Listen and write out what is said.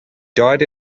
died